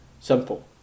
Simple